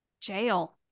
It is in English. Jail